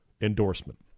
endorsement